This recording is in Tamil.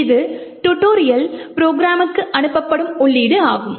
இது டுடோரியல் ப்ரோக்ராமுக்கு அனுப்பப்படும் உள்ளீடு ஆகும்